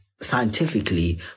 scientifically